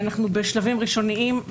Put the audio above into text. אנחנו בשלבים ראשוניים.